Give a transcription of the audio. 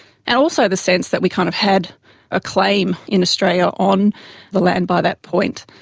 and also the sense that we kind of had a claim in australia on the land by that point.